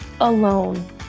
alone